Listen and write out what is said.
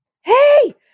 hey